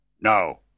No